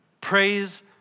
Praise